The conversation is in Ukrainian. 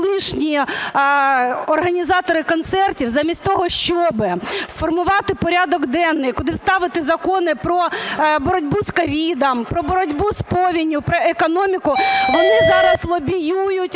колишні організатори концертів замість того, щоб сформувати порядок денний, куди вставити закони про боротьбу з COVID, про боротьбу з повінню, про економіку, вони зараз лобіюють